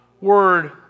Word